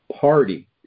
party